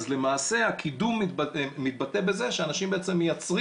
אז למעשה הקידום בזה שאנשים בעצם מייצרים